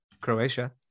croatia